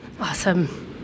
Awesome